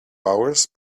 hours